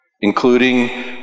including